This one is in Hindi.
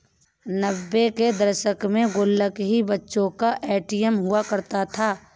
नब्बे के दशक में गुल्लक ही बच्चों का ए.टी.एम हुआ करता था